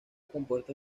compuesta